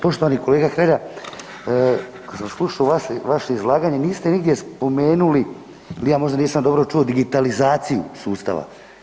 Poštovani kolega Hrelja kada sam slušao vaše izlaganje niste nigdje spomenuli ili ja možda nisam dobro čuo digitalizaciju sustava.